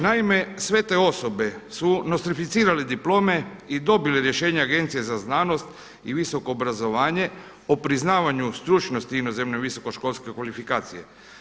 Naime sve te osobe su nostrificirali diplome i dobili rješenje agencije za znanost i visoko obrazovanje o priznavanju stručnosti inozemne visokoškolske kvalifikacije.